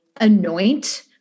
anoint